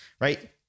Right